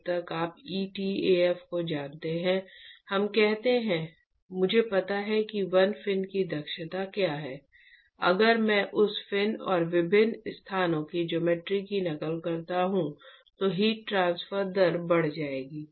जब तक आप etaf को जानते हैं हम कहते हैं मुझे पता है कि 1 फिन की दक्षता क्या है अगर मैं उस फिन और विभिन्न स्थानों की ज्योमेट्री की नकल करता हूं तो हीट ट्रांसफर दर बढ़ जाएगी